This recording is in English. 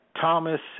Thomas